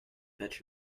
fetch